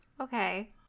Okay